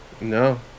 No